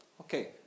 okay